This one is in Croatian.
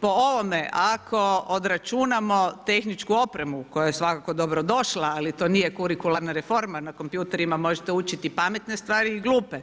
Po ovome ako odračunamo tehniku opremu koja je svakako dobrodošla, ali to nije kurikularna reforma, na kompjuterima možete učiti pametne stvari i glupe,